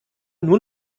nur